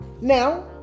now